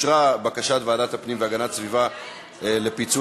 הצעת ועדת הפנים והגנת הסביבה בדבר פיצול